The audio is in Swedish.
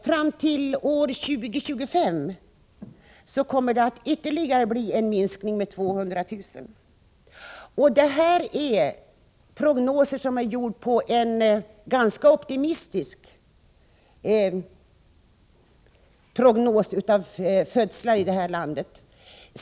Fram till år 2025 kommer det att bli ytterligare en minskning med 200 000 barn. Detta är prognoser gjorda på en ganska optimistisk bedömning av antalet födslar i landet.